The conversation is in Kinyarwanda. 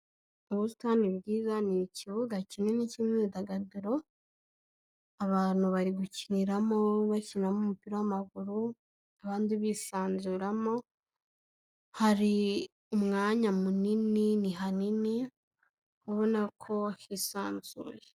Ni ubusitani bwiza ni ikibuga kinini cy'imyidagaduro, abantu bari gukiniramo, bakinamo umupira w'amaguru, abandi bisanzuramo, hari umwanya munini ni hanini ubona ko hisanzuye.